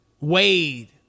Wade